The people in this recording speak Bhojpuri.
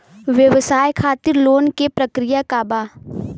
व्यवसाय खातीर लोन के प्रक्रिया का बा?